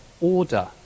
order